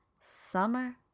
summer